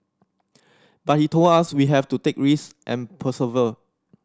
but he told us we have to take risk and persevere